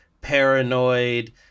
paranoid